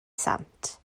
sant